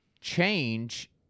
change